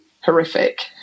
horrific